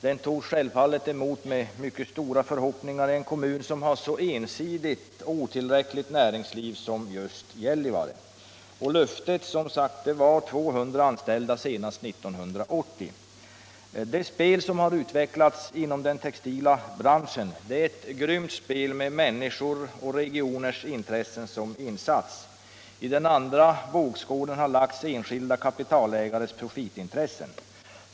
Den togs självfallet emot med mycket stora förhoppningar i en kommun som har så ensidigt och otillräckligt näringsliv som Gällivare. Löftet var som sagt 200 anställda senast 1980. Det spel som här utvecklats inom den textila branschen är ett grymt spel med människor och med regioners intressen som insats. I den andra vågskålen har lagts enskilda kapitalägares profitintressen.